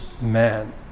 man